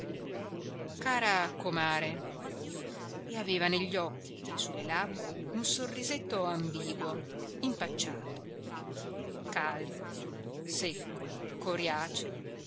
comare e aveva negli occhi e sulle labbra un sorrisetto ambiguo impacciato calvo secco coriaceo